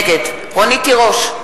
נגד רונית תירוש,